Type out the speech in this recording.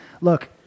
look